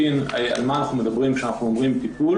כדי שנבין על מה אנחנו מדברים כשאנחנו מדברים על טיפול